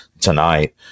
tonight